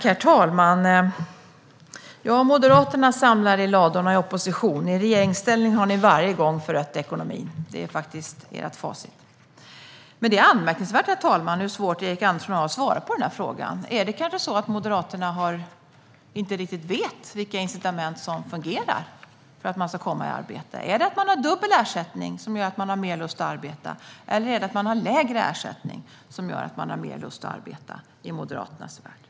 Herr talman! Moderaterna samlar i ladorna i opposition. I regeringsställning har ni varje gång förött ekonomin. Det är ert facit. Det är anmärkningsvärt, herr talman, hur svårt Erik Andersson har att svara på frågan. Är det kanske så att Moderaterna inte riktigt vet vilka incitament som fungerar för att människor ska komma i arbete? Är det att man har dubbel ersättning som gör att man har mer lust att arbeta? Eller är det att man har lägre ersättning som gör att man har mer lust att arbeta i Moderaternas värld?